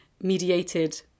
mediated